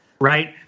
right